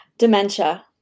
Dementia